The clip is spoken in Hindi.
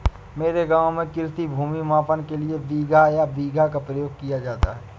मेरे गांव में कृषि भूमि मापन के लिए बिगहा या बीघा का प्रयोग किया जाता है